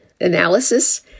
analysis